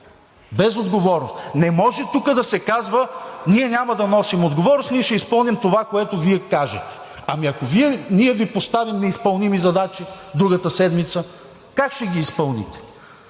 Безотговорност! Не може тук да се казва: ние няма да носим отговорност, ние ще изпълним това, което Вие кажете. Ами, ако ние Ви поставим неизпълними задачи другата седмица, как ще ги изпълните?!